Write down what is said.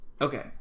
Okay